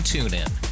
TuneIn